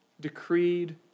decreed